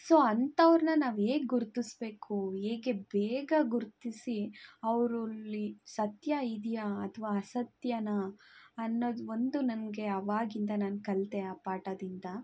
so ಅಂಥವ್ರ್ನ ನಾವು ಹೇಗ್ ಗುರುತಿಸ್ಬೇಕು ಹೇಗೆ ಬೇಗ ಗುರುತಿಸಿ ಅವ್ರಲ್ಲಿ ಸತ್ಯ ಇದೆಯಾ ಅಥ್ವಾ ಅಸತ್ಯನಾ ಅನ್ನೋದು ಒಂದು ನನಗೆ ಅವಾಗಿಂದ ನಾನು ಕಲಿತೆ ಆ ಪಾಠದಿಂದ